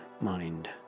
mind